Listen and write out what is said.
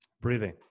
Breathing